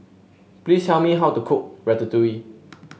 please tell me how to cook Ratatouille